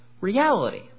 reality